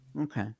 Okay